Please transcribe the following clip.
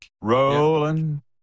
Rolling